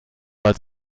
war